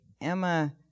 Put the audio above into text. Emma